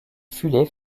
filets